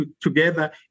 together